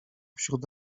wśród